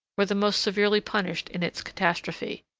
were the most severely punished in its catastrophe.